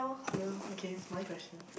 no okay it's my question